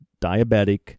diabetic